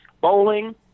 Bowling